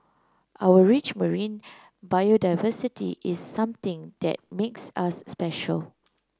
our rich marine biodiversity is something that makes us special